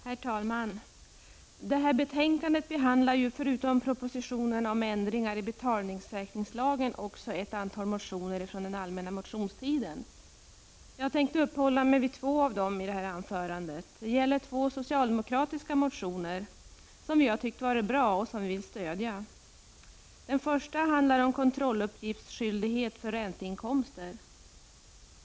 Herr talman! Detta betänkande behandlar förutom propositionen om ändringar i betalningssäkringslagen också ett antal motioner från den allmänna motionstiden. Jag skall uppehålla mig vid två av dem i detta anförande. Det gäller två socialdemokratiska motioner som vi har tyckt vara bra och som vi vill stödja. Den första motionen handlar om kontrolluppgiftsskyldighet för ränteinkomster.